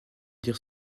dire